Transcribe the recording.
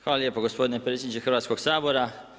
Hvala lijepo gospodine predsjedniče Hrvatskog sabora.